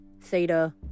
Theta